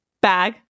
bag